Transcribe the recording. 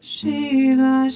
Shiva